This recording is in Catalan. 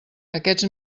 aquests